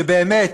שבאמת